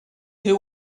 who